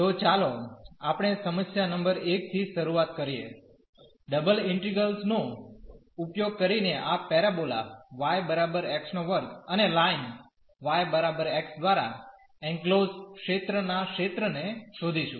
તો ચાલો આપણે સમસ્યા નંબર 1 થી શરૂઆત કરીએ ડબલ ઇન્ટિગ્રલ નો ઉપયોગ કરીને આ પેરાબોલા y x2 અને લાઇન y x દ્વારા એનક્લોઝડ ક્ષેત્રના ક્ષેત્રને શોધીશું